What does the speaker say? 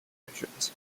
divisions